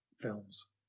films